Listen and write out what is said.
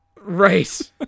Right